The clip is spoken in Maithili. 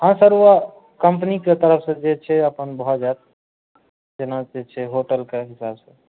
हँ सर कम्पनीके तरफ से जे छै अपन भऽ जायत जेना जे छै होटलके हिसाब से